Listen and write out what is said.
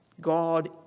God